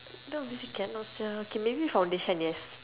then obviously cannot sia K maybe foundation yes